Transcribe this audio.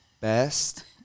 best